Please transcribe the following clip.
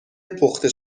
پخته